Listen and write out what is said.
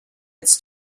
its